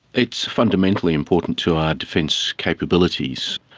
it's fundamentally important to our defence capabilities.